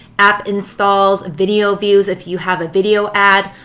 app installs? video views, if you have a video ad.